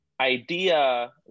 idea